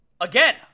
again